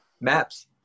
Maps